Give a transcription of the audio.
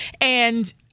And-